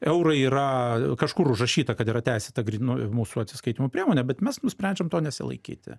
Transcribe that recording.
eurai yra kažkur užrašyta kad yra teisėta grynųjų mūsų atsiskaitymo priemonė bet mes nusprendžiam to nesilaikyti